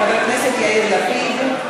חבר הכנסת יאיר לפיד.